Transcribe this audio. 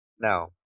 now